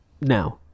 now